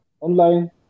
online